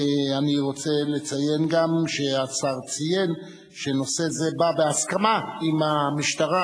אני רוצה לציין גם שהשר ציין שנושא זה בא בהסכמה עם המשטרה,